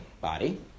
body